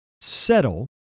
settle